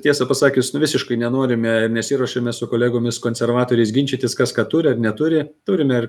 tiesą pasakius nu visiškai nenorime ir nesiruošiame su kolegomis konservatoriais ginčytis kas ką turi ar neturi turime ir